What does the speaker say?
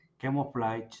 Camouflage